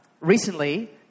Recently